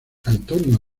antonio